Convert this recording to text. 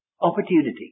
Opportunity